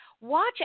Watch